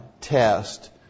test